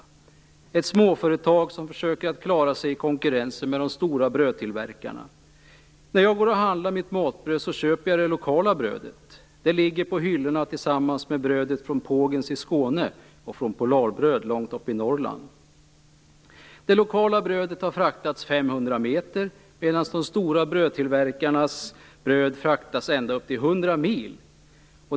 Det är ett småföretag som försöker att klara sig i konkurrensen med de stora brödtillverkarna. När jag går och handlar mitt matbröd köper jag det lokala brödet. Det ligger på hyllorna tillsammans med brödet från Pågens i Skåne och från Polarbröd långt uppe i Norrland. Det lokala brödet har fraktats 500 meter, medan de stora brödtillverkarnas fraktas ända upp till 100 mil.